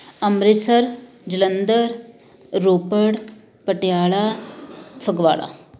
Amritsar Jalandhar Ropar Patiala Phagwara